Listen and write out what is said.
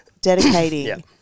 dedicating